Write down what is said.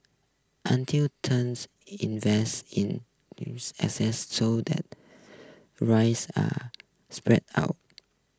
until turns invest in news assets so that rise are spread out